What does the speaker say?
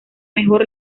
mejor